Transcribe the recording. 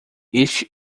este